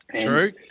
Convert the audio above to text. True